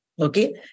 Okay